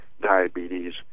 diabetes